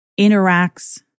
interacts